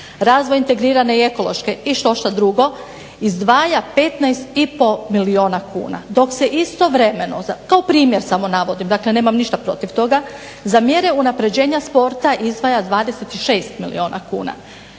razvoj integrirane i ekološke i štošta drugo, izdvaja 15,5 milijuna kuna dok se istovremeno, kao primjer samo navodim dakle nemam ništa protiv toga, za mjere unapređenja sporta izdvaja 26 milijuna kuna.